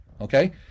okay